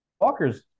Walker's